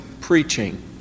preaching